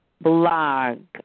blog